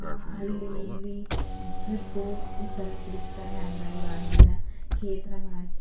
ಅಲ್ಲಿ ಇಲ್ಲಿ ಈ ಟ್ರಿಪ್ಪು ಈ ಥರ ತಿರುಗ್ತಾರೆ ಆದರೆ ಅವ್ರು ಆಗಿಲ್ಲ